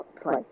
play